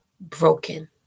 broken